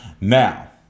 Now